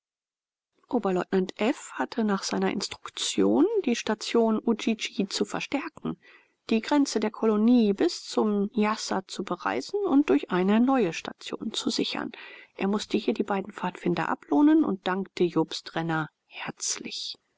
oberleutnant f hatte nach seiner instruktion die station udjidji zu verstärken die grenze der kolonie bis zum nyassa zu bereisen und durch eine neue station zu sichern er mußte hier die beiden pfadfinder ablohnen und dankte jobst renner herzlich